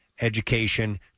education